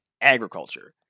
agriculture